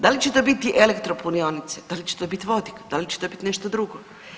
Da li će to biti elektropunionice, da li će to biti vodik, da li će to biti nešto drugo?